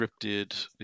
scripted